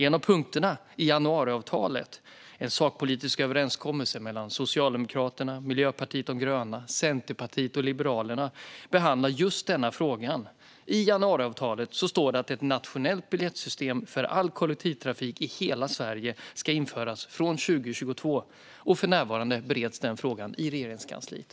En av punkterna i januariavtalet - en sakpolitisk överenskommelse mellan Socialdemokraterna, Miljöpartiet de gröna, Centerpartiet och Liberalerna - behandlar just denna fråga. I januariavtalet står det att ett nationellt biljettsystem för all kollektivtrafik i hela Sverige ska införas från 2022. För närvarande bereds denna fråga i Regeringskansliet.